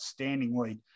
outstandingly